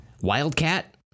wildcat